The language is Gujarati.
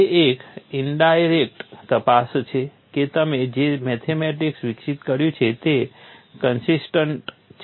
તે એક ઇન્ડાયરેક્ટ તપાસ છે કે તમે જે મેથેમેટિક્સ વિકસિત કર્યું છે તે કન્સિસ્ટન્ટ છે